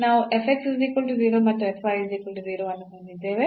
ನಾವು ಅನ್ನು ಹೊಂದಿದ್ದೇವೆ